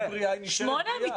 נו, באמת.